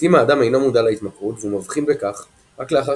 לעיתים האדם אינו מודע להתמכרות והוא מבחין בכך רק לאחר